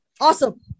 awesome